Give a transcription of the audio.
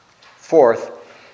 Fourth